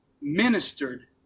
ministered